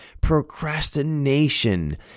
procrastination